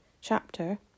chapter